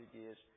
years